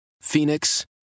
Phoenix